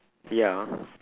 ya